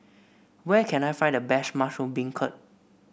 where can I find the best Mushroom Beancurd